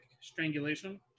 strangulation